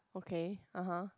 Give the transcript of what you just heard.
okay [uh huh]